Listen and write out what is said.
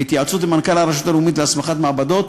בהתייעצות עם מנכ"ל הרשות הלאומית להסמכת מעבדות,